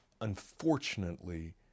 Unfortunately